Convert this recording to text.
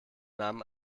namen